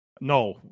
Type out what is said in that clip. no